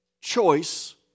choice